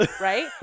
Right